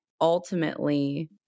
ultimately